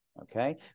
Okay